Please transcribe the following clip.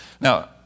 Now